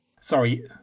Sorry